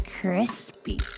crispy